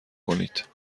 کنید